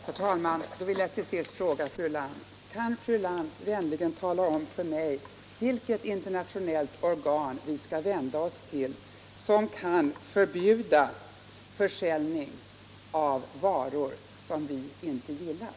Herr talman! Då vill jag till sist fråga fru Lantz: Kan fru Lantz vänligen tala om för mig vilket internationellt organ vi skall vända oss till som kan förbjuda försäljning av varor som vi inte gillar?